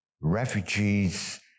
Refugees